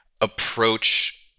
approach –